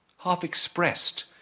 half-expressed